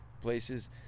places